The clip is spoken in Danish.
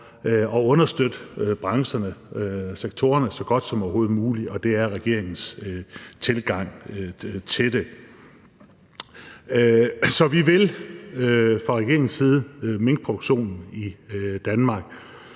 at understøtte brancherne og sektorerne så godt som overhovedet muligt, og det er regeringens tilgang til det. Så vi vil fra regeringens side minkproduktion i Danmark;